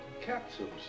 Capsules